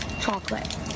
chocolate